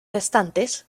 restantes